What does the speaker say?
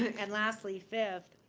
and lastly, fifth,